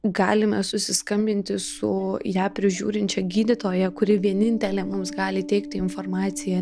galime susiskambinti su ją prižiūrinčia gydytoja kuri vienintelė mums gali teikti informaciją